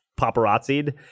paparazzi'd